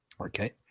Okay